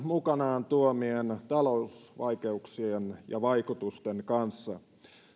mukanaan tuomien talousvaikeuksien ja vaikutusten kanssa